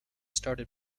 started